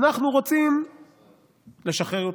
אנחנו רוצים לשחרר יותר.